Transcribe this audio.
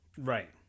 Right